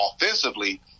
offensively